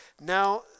Now